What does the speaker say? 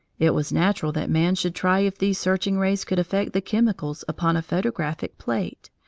it was natural that man should try if these searching rays could affect the chemicals upon a photographic plate,